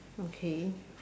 okay